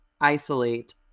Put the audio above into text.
isolate